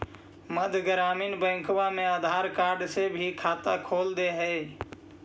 मध्य ग्रामीण बैंकवा मे आधार कार्ड से भी खतवा खोल दे है?